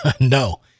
No